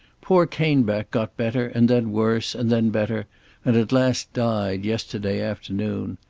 poor caneback got better and then worse and then better and at last died yesterday afternoon.